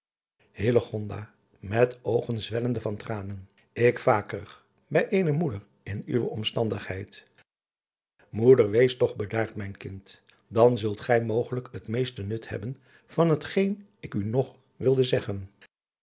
oogen zwellende van tranen ik vakerig bij eene moeder in uwe omstandigheid moeder wees toch bedaard mijn kind dan zult gij mogelijk het meeste nut hebben van het geen ik u nog wilde zeggen